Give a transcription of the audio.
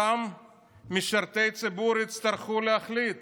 אותם משרתי ציבור יצטרכו להחליט